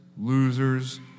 Losers